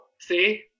See